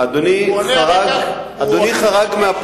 אדוני חרג מהפרוטוקול,